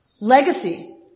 legacy